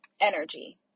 energy